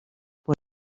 por